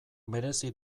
merezi